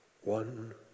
One